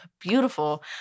beautiful